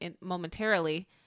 momentarily